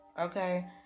okay